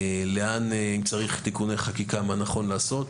אם צריך תיקוני חקיקה, מה נכון לעשות.